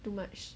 too much